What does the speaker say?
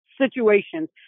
situations